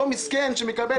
אותו מסכן שמקבל יותר הנחה.